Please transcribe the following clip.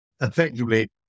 effectively